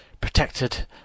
protected